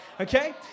okay